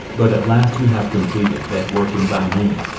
but at last we have completed that work in thy name.